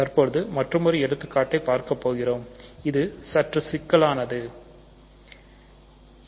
தற்போது மற்றுமொரு எடுத்துக்காட்டை பார்க்கப்போகிறோம் இது சற்று சிக்கலான எடுத்துக்காட்டு